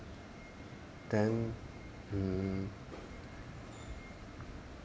then mm